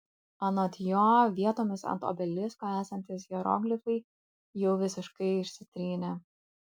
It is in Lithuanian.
anot jo vietomis ant obelisko esantys hieroglifai jau visiškai išsitrynė